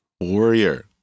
Warrior